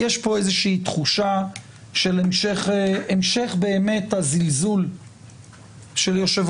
יש פה איזושהי תחושה של המשך הזלזול של יושב